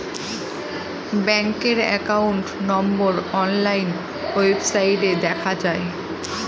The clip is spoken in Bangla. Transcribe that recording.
ব্যাঙ্কের একাউন্ট নম্বর অনলাইন ওয়েবসাইটে দেখা যায়